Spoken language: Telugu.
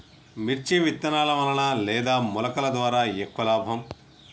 మిర్చి విత్తనాల వలన లేదా మొలకల ద్వారా ఎక్కువ లాభం?